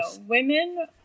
Women